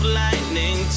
lightning